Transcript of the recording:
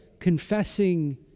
confessing